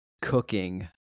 cooking